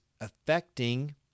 affecting